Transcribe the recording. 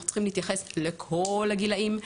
אנחנו צריכים להתייחס לכל הגילאים.